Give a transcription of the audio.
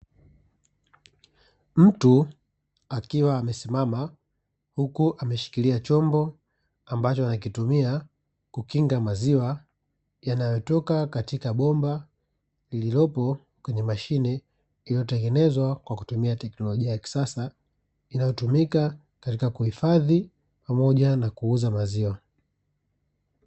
Mtu akiwa amesimama, huku ameshikilia chombo ambacho anakitumia kukinga maziwa yanayotoka katika bomba lililopo kwenye mashine, iliyotengenezwa kwa kutumia teknolojia ya kisasa inayotumika katika kuhifadhi pamoja na kuuza maziwa.